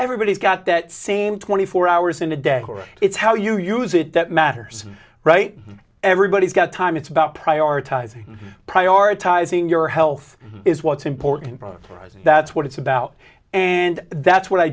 everybody's got that same twenty four hours in a day it's how you use it that matters right everybody's got time it's about prioritizing prioritizing your health is what's important problem arises that's what it's about and that's what i